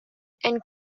and